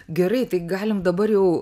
gerai tai galim dabar jau